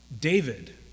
David